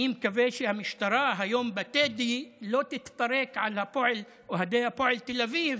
אני מקווה שהמשטרה היום בטדי לא תתפרק על אוהדי הפועל תל אביב